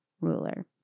ruler